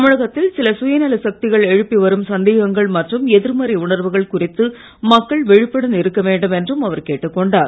தமிழகத்தில் சில சுயநல சக்திகள் எழுப்பி வரும் சந்தேகங்கள் மற்றும் எதிர்மறை உணர்வுகள் குறித்து மக்கள் விழப்புடன் இருக்கவேண்டும் என்றும் அவர் கேட்டுக்கொண்டார்